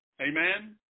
amen